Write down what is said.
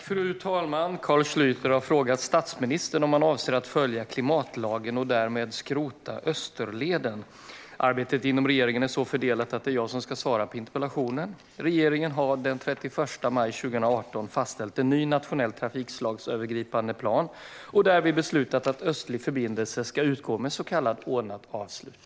Fru talman! Carl Schlyter har frågat statsministern om han avser att följa klimatlagen och därmed skrota Österleden. Arbetet inom regeringen är så fördelat att det är jag som ska svara på interpellationen. Regeringen fastställde den 31 maj 2018 en ny nationell trafikslagsövergripande plan och beslutade därvid att Östlig förbindelse ska utgå med ett så kallat ordnat avslut.